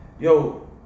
yo